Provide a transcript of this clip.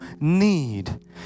need